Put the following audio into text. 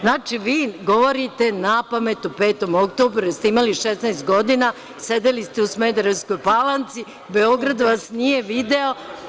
Znači, vi govorite napamet o 5. oktobru jer ste imali 16 godina, sedeli ste u Smederevskoj Palanci, Beograd vas nije video.